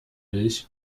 milch